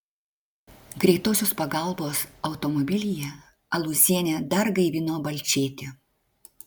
greitosios pagalbos automobilyje alūzienė dar gaivino balčėtį